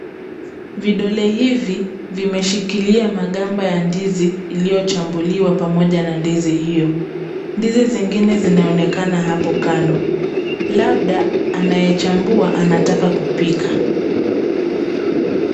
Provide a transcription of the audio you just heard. Vidole hivi vimeshikilia magamba ya ndizi iliyochambuliwa pamoja na ndizi iyo. Ndizi zingine zinaonekana hapo kando labda anayechambua anataka kupika.